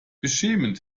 beschämend